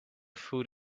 food